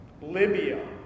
Libya